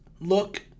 look